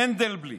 מנדלבליט: